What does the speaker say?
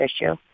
issue